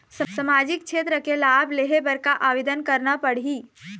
सामाजिक क्षेत्र के लाभ लेहे बर का आवेदन करना पड़ही?